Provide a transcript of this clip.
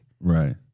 Right